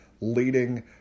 leading